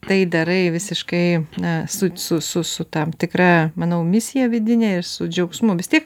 tai darai visiškai na su su tam tikra manau misija vidine ir su džiaugsmu vis tiek